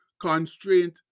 constraint